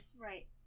Right